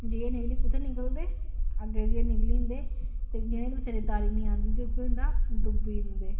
जेइयै कुत्थै निकलदे अग्गै जेइयै निकली जंदे जिने बचारें गी तारी नेईं आंदी ओह् डुब्बी जंदे